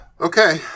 Okay